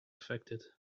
affected